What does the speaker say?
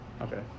Okay